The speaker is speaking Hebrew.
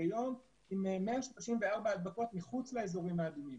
ביום עם 134 הדבקות מחוץ לאזורים האדומים.